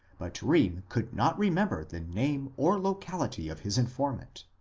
but eheem could not remember the name or locality of his informant.